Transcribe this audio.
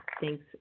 Thanks